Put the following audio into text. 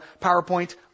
PowerPoint